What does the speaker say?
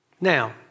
Now